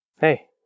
Hey